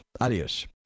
Adios